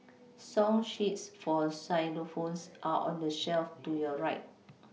song sheets for xylophones are on the shelf to your right